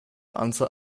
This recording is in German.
anzahl